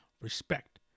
Respect